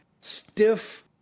stiff